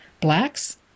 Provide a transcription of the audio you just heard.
Blacks